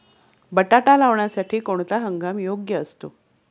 बटाटा लावण्यासाठी कोणता हंगाम योग्य असतो?